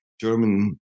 German